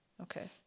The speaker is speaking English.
Okay